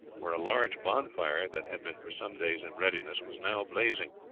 where a large bonfire, that had been for some days in readiness, was now blazing.